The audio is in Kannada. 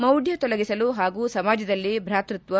ಮೌಢ್ಯ ತೊಲಗಿಸಲು ಹಾಗೂ ಸಮಾಜದಲ್ಲಿ ಭಾತೃತ್ವ